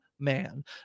man